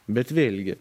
bet vėlgi